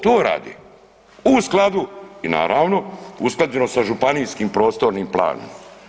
To, to rade u skladu i naravno usklađeno sa županijskim prostornim planom.